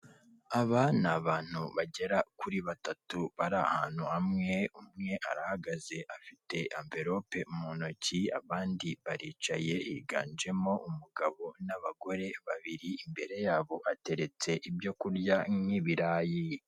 Aba ni abantu bagera kuri batatu bari ahantu hamwe, umwe arahagaze afite amverope mu ntoki, abandi baricaye higanjemo umugabo n'abagore babiri, imbere yabo ateretse ibyo kurya nk'ibirayi.